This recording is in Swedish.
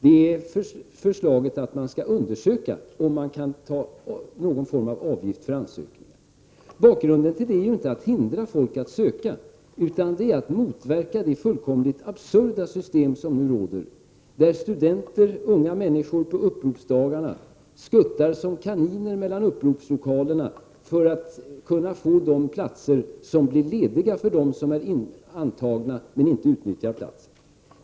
Det gäller förslaget om att undersöka om det går att ta ut en form av avgift för ansökningarna. Syftet är inte att hindra folk att söka till utbildningar, utan det är att motverka det nuvarande absurda systemet som råder. Studenter, unga människor, skuttar på uppropsdagarna som kaniner mellan uppropslokalerna för att kunna få de platser som blir lediga genom att antagna studenter inte utnyttjar platserna.